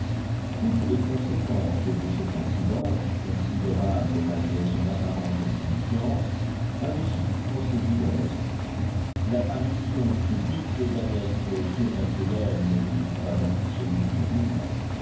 toutes les conséquences de cet incident considérable malgré son apparente insignifiance avaient subitement saisi leur esprit l'apparition subite d'un être surnaturel ne les eût pas impressionnés plus vivement